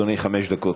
אדוני, חמש דקות.